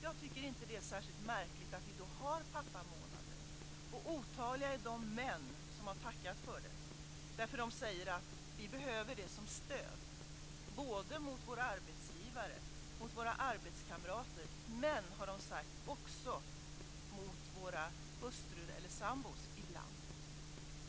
Jag tycker inte att det är särskilt märkligt att vi har pappamånaderna. Otaliga är de män som har tackat för detta. De säger: Vi behöver det som stöd mot våra arbetsgivare och arbetskamrater men också, har de sagt, ibland mot våra hustrur eller sambor.